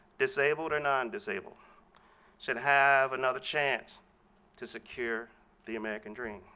disabled or nondisabled should have another chance to secure the american dream.